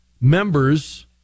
members